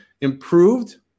improved